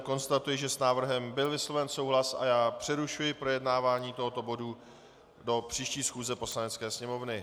Konstatuji, že s návrhem byl vysloven souhlas, a přerušuji projednávání tohoto bodu do příští schůze Poslanecké sněmovny.